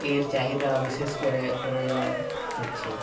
এর চাহিদা বিশেষ করে প্রয়োজন হচ্ছে